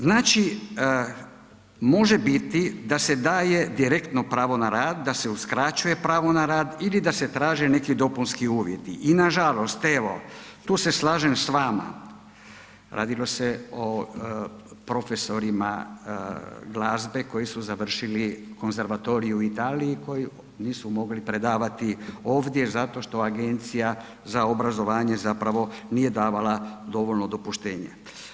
Znači može biti da se daje direktno pravo na rad, da se uskraćuje pravo na rad ili da se traže neki dopunski uvjeti i nažalost evo tu se slažem s vama, radilo se o profesorima glazbe koji su završili Konzervatorij u Italiji i koji nisu mogli predavati ovdje zato što Agencija za obrazovanje zapravo nije davala dovoljno dopuštenje.